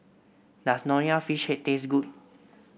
does Nonya Fish Head taste good